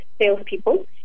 salespeople